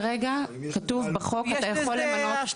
כרגע כתוב בחוק, אני אסביר.